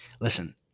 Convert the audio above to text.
Listen